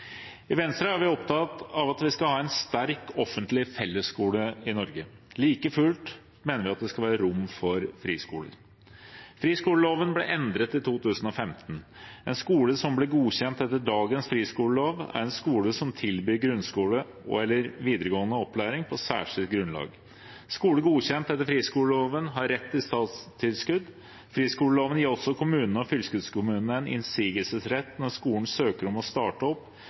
I Venstre er vi opptatt av at vi skal ha en sterk offentlig fellesskole i Norge. Like fullt mener vi at det skal være rom for friskolen. Friskoleloven ble endret i 2015. En skole som blir godkjent etter dagens friskolelov, er en skole som tilbyr grunnskole og/eller videregående opplæring på særskilt grunnlag. Skoler godkjent etter friskoleloven har rett til statstilskudd. Friskoleloven gir også kommunene og fylkeskommunene en innsigelsesrett når skolen søker om å starte opp